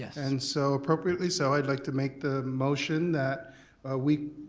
and so, appropriately so i'd like to make the motion that we